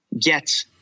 get